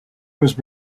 was